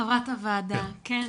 חברת הוועדה, כן.